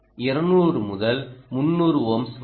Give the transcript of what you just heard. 200 முதல் 300 ஓம்ஸ் வரை